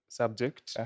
subject